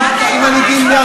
דני